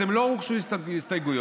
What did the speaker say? אם לא הוגשו הסתייגויות,